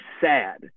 sad